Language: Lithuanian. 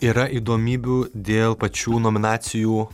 yra įdomybių dėl pačių nominacijų